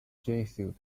jesuit